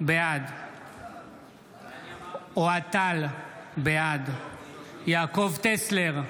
בעד אוהד טל, בעד יעקב טסלר,